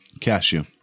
Cashew